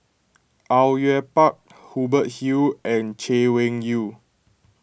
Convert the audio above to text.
Au Yue Pak Hubert Hill and Chay Weng Yew